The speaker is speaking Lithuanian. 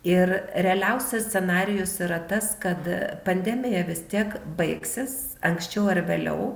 ir realiausias scenarijus yra tas kad pandemija vis tiek baigsis anksčiau ar vėliau